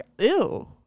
Ew